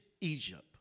Egypt